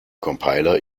compiler